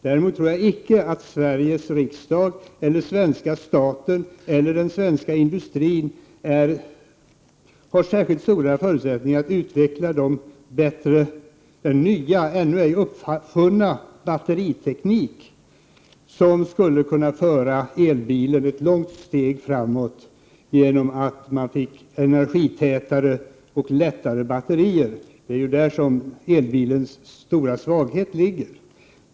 Jag tror dock icke att Sveriges riksdag, den svenska staten eller den svenska industrin har särskilt stora förutsättningar att bättre utveckla den nya, ännu ej uppfunna batteriteknik som skulle kunna föra elbilen ett långt steg framåt, genom att man fick energitätare och lättare batterier. Det är ju där elbilens stora svaghet ligger.